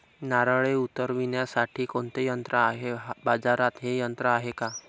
नारळे उतरविण्यासाठी कोणते यंत्र आहे? बाजारात हे यंत्र आहे का?